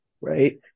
Right